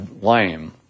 lame